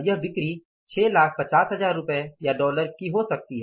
यह बिक्री 6 लाख 50 हजार रुपये या डॉलर की हो सकती है